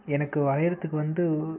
எனக்கு வரையிறத்துக்கு வந்து